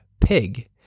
PIG